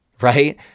Right